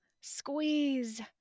Squeeze